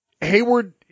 Hayward